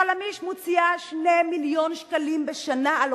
"חלמיש" מוציאה 2 מיליון שקלים בשנה על